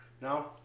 No